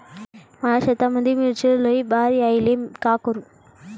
माया शेतामंदी मिर्चीले लई बार यायले का करू?